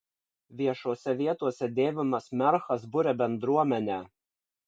viešose vietose dėvimas merchas buria bendruomenę